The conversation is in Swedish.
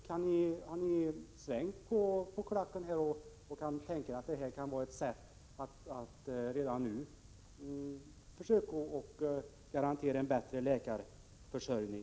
Eller har ni svängt på klacken och kan tänka er att det är ett sätt att redan nu försöka att garantera en bättre läkarförsörjning?